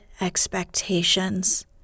expectations